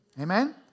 Amen